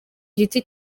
giti